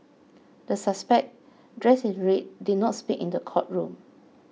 the suspect dressed in red did not speak in the courtroom